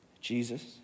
Jesus